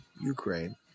Ukraine